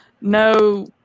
no